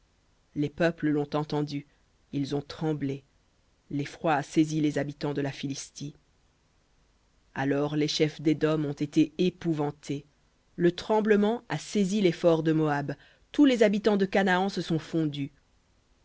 les peuples l'ont entendu ils ont tremblé l'effroi a saisi les habitants de la philistie alors les chefs d'édom ont été épouvantés le tremblement a saisi les forts de moab tous les habitants de canaan se sont fondus